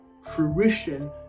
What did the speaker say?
fruition